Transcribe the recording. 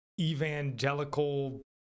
evangelical